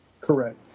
Correct